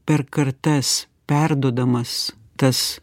per kartas perduodamas tas